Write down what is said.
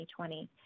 2020